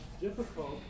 difficult